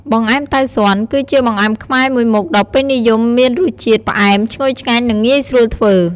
បង្អែមតៅស៊ន គឺជាបង្អែមខ្មែរមួយមុខដ៏ពេញនិយម មានរសជាតិផ្អែមឈ្ងុយឆ្ងាញ់ និងងាយស្រួលធ្វើ។